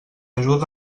ajuda